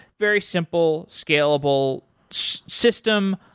very simple, scalable system,